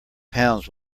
pounds